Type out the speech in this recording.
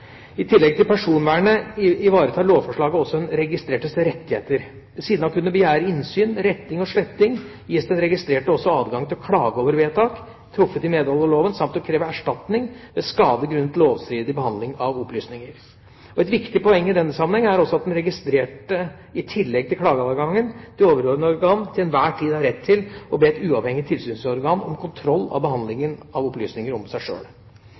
I tillegg til personvernet ivaretar lovforslaget også den registrertes rettigheter. Ved siden av å kunne begjære innsyn, retting og sletting, gis den registrerte også adgang til å klage over vedtak truffet i medhold av loven samt adgang til å kreve erstatning ved skade grunnet lovstridig behandling av opplysninger. Et viktig poeng i denne sammenheng er at også den registrerte i tillegg til klageadgangen til overordnet organ til enhver tid har rett til å be et uavhengig tilsynsorgan om kontroll av behandling av opplysninger om seg sjøl.